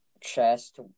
chest